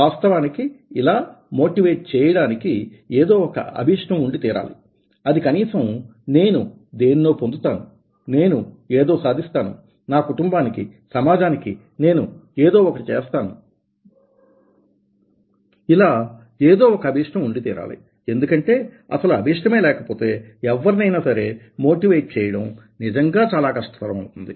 వాస్తవానికి ఇలా మోటివేట్ చేయడానికి ఏదో ఒక అభీష్టం ఉండితీరాలి అది కనీసం నేను దేనినో పొందుతాను నేను ఏదో సాధిస్తాను నా కుటుంబానికి సమాజానికి నేను ఏదో ఒకటి చేస్తాను ఇలా ఏదో ఒక అభీష్టం ఉండితీరాలి ఎందుకంటే అసలు అభీష్టమే లేకపోతే ఎవరినైనా సరే మోటివేట్ చేయడం నిజంగా చాలా కష్టతరం అవుతుంది